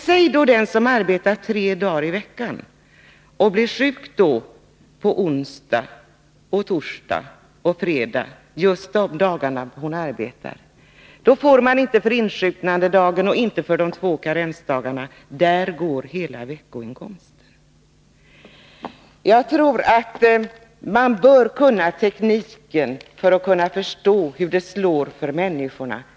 Säg att någon arbetar tre dagar i veckan och blir sjuk på onsdag, torsdag och fredag — just de dagar han eller hon arbetar. Då får man inte ersättning för insjuknandedagen och inte för de två karensdagarna. Där går hela veckoinkomsten! Jag tror att man bör kunna tekniken för att kunna förstå hur det går för människorna.